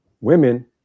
women